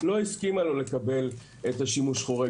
לא הסכימה שהוא יקבל את שימוש חורג.